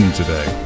today